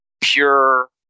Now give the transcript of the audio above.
pure